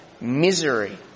misery